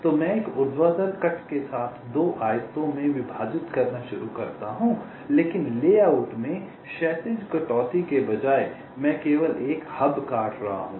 तो मैं एक ऊर्ध्वाधर कट के साथ 2 आयतों में विभाजित करना शुरू करता हूं लेकिन लेआउट में क्षैतिज कटौती के बजाय मैं केवल एक हब काट रहा हूं